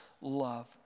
love